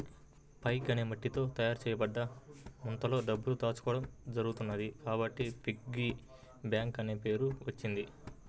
pig అనే మట్టితో తయారు చేయబడ్డ ముంతలో డబ్బులు దాచుకోవడం జరుగుతున్నది కాబట్టి పిగ్గీ బ్యాంక్ అనే పేరు వచ్చింది